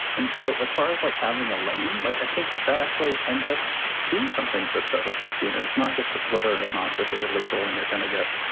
and so as far as like having a lane like, i think that that actually ends up being something that does affect you. and it's not just whether or not not this is illegal and you're going to get